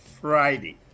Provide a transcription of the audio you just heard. Friday